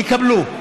יקבלו.